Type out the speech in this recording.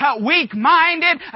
weak-minded